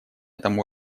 этом